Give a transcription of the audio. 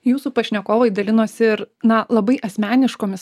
jūsų pašnekovai dalinosi ir na labai asmeniškomis